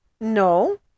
No